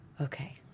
Okay